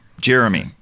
Jeremy